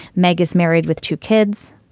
meg is married with two kids.